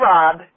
Rob